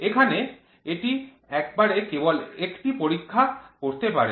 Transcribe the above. এখানে এটি একবারে কেবল একটি পরীক্ষা করতে পারে